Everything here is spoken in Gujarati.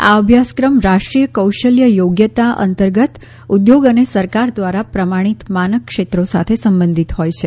આ અભ્યાસક્રમ રાષ્ટ્રીય કૌશલ્ય યોગ્યતા અંતર્ગત ઉદ્યોગ અને સરકાર ધ્વારા પ્રમાણિત માનક ક્ષેત્રો સાથે સંબંધિત હોય છે